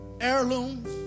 heirlooms